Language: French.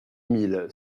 mille